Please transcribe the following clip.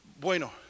Bueno